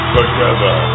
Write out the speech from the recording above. Together